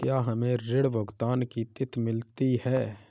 क्या हमें ऋण भुगतान की तिथि मिलती है?